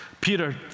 Peter